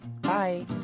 Bye